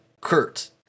Kurt